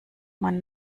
man